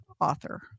author